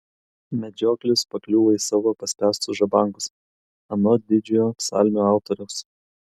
medžioklis pakliūva į savo paspęstus žabangus anot didžiojo psalmių autoriaus